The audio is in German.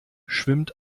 schwimmt